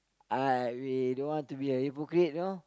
I we don't want to be a hypocrite know